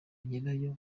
nyirayo